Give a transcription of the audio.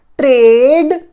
Trade